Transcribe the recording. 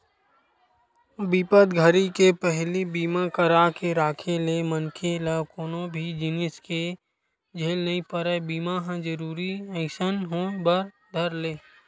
बिपत घरी के पहिली बीमा करा के राखे ले मनखे ल कोनो भी जिनिस के झेल नइ परय बीमा ह जरुरी असन होय बर धर ले